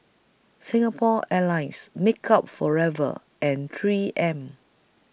Singapore Airlines Makeup Forever and three M